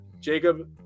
Jacob